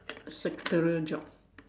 secretarial job